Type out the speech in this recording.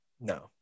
No